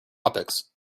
tropics